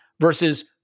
versus